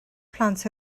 plant